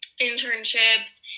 internships